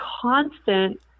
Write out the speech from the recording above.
constant